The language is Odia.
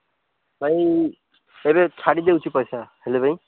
ଭାଇ ଏବେ ଛାଡ଼ି ଦେଉଛି ପଇସା ହେଲା ଭାଇ